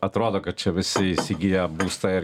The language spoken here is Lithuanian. atrodo kad čia visi įsigiję būstą ir